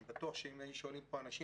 אני בטוח שאם היו שואלים פה אנשים,